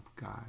God